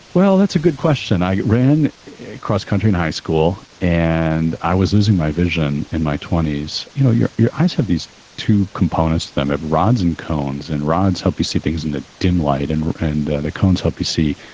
well, that's a good question i ran cross-country in high school and i was losing my vision in my twenty s. you know, your your eyes have these two components to them, have rods and cones and rods, help you see things in the dim light and and the cones help you see,